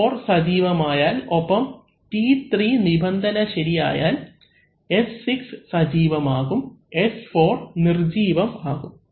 S4 സജീവം ആയാൽ ഒപ്പം T3 നിബന്ധന ശരിയായാൽ S6 സജീവം ആകും ഒപ്പം S4 നിർജീവം ആകും